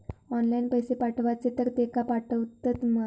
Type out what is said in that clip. Online पैसे पाठवचे तर तेका पावतत मा?